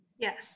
Yes